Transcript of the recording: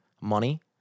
money